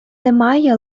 немає